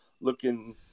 looking